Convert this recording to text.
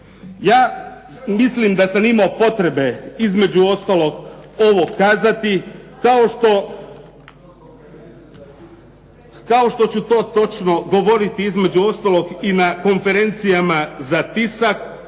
Ja mislim da sam imao potrebe, između ostalog, ovo kazati, kao što ću to točno govoriti između ostalog i na konferencijama za tisak,